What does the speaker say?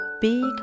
big